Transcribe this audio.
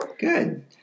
Good